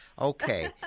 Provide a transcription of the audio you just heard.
Okay